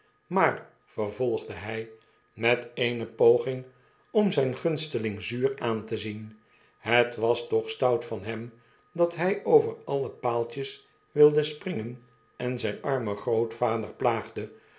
maar vervolgde hij met eene poging om zgn gunsteling zuur aan te zien hetwastoch stout van hem dat hij over alle paaltjes wilde springen en zjn armen grootvader plaagde